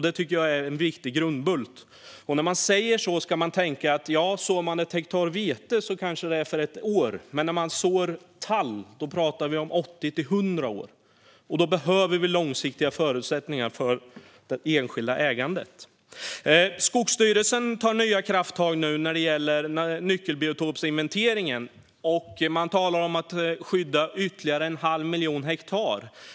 Det tycker jag är en viktig grundbult. När vi säger så ska vi tänka på att ett hektar vete kanske sås för ett år men att det handlar om 80-100 år när man sår tall. Därför behöver vi långsiktiga förutsättningar för det enskilda ägandet. Skogsstyrelsen tar nu nya krafttag när det gäller nyckelbiotopsinventeringen, och man talar om att skydda ytterligare en halv miljon hektar.